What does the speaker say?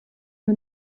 nur